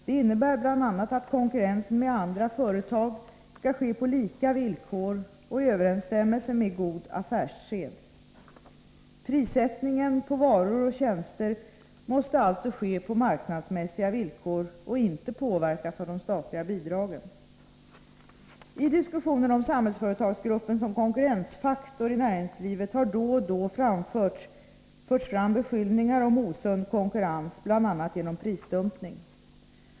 Det innebär bl.a. att konkurrensen med andra företag skall ske på lika villkor och i överensstämmelse med god affärssed. Prissättningen på varor och tjänster måste alltså ske på marknadsmässiga villkor och inte påverkas av de statliga bidragen. I diskussionen om Samhällsföretagsgruppen som konkurrensfaktor i näringslivet har då och då förts fram beskyllningar om osund konkurrens genom bl.a. prisdumpning.